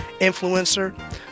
influencer